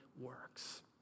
works